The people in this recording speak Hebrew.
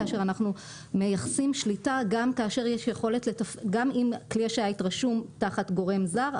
כאשר אנחנו מייחסים שליטה גם אם כלי השיט רשום תחת גורם זר,